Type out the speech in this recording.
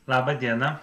labą dieną